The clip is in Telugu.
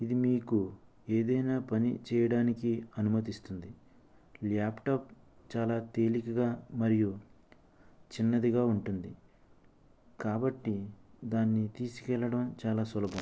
ఇది మీకు ఏదైనా పని చేయడానికి అనుమతిస్తుంది ల్యాప్టాప్ చాలా తేలికగా మరియు చిన్నదిగా ఉంటుంది కాబట్టి దాన్ని తీసుకెళ్ళడం చాలా సులభం